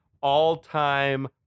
All-time